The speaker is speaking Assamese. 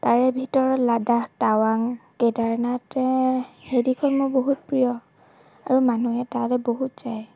তাৰে ভিতৰত লাডাখ টাৱাং কেদাৰনাথ সেইকিখন মোৰ বহুত প্ৰিয় আৰু মানহে তালৈ বহুত যায়